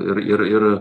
ir ir ir